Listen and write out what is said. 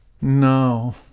No